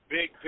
Big